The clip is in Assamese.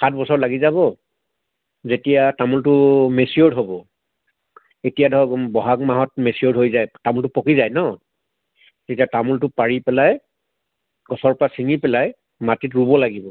সাত বছৰ লাগি যাব যেতিয়া তামোলটো মেচিয়ৰ্ড হ'ব এতিয়া ধৰ বহাগ মাহত মেচিয়ৰ্ড হৈ যায় তামোলটো পকি যায় ন তেতিয়া তামোলটো পাৰি পেলাই গছৰ পৰা ছিঙি পেলাই মাটিত ৰুব লাগিব